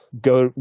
Go